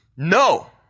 No